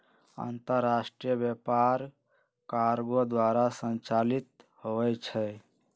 अंतरराष्ट्रीय व्यापार कार्गो द्वारा संचालित होइ छइ